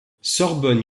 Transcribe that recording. sorbonne